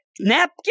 napkin